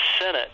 Senate